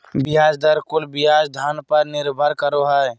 ब्याज दर कुल ब्याज धन पर निर्भर करो हइ